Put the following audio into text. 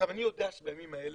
אני יודע שבימים האלה,